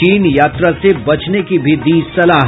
चीन यात्रा से बचने की भी दी सलाह